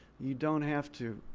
you don't have to